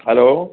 hello